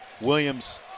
Williams